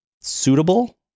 suitable